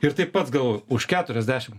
ir tai pats galvoju už keturiasdešim